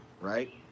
right